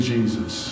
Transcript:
Jesus